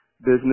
business